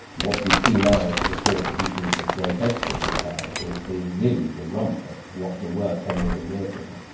what we see now as the four species of great ape that we have, is really the rump of what there were ten million years ago.